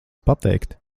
pateikt